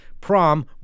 prom